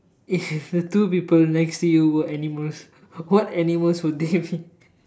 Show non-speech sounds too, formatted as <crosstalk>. if <laughs> the two people next to you were animals what animals would they be <laughs>